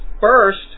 first